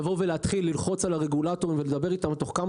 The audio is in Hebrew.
להתחיל ללחוץ על הרגולטורים ולדבר איתם תוך כמה